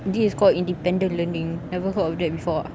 this is called independent learning never heard of that before ah